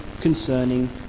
concerning